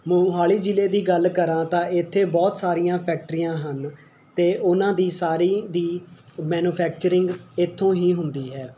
ਮੋਹਾਲੀ ਜ਼ਿਲ੍ਹੇ ਦੀ ਗੱਲ ਕਰਾਂ ਤਾਂ ਇੱਥੇ ਬਹੁਤ ਸਾਰੀਆਂ ਫੈਕਟਰੀਆਂ ਹਨ ਅਤੇ ਉਹਨਾਂ ਦੀ ਸਾਰੀ ਦੀ ਮੈਨੁਫੈਕਚਰਿੰਗ ਇੱਥੋਂ ਹੀ ਹੁੰਦੀ ਹੈ